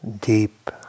deep